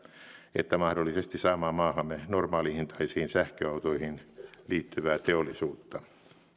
että mahdollisesti saamaan maahamme normaalihintaisiin sähköautoihin liittyvää teollisuutta